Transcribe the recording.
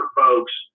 folks